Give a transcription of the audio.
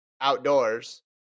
outdoors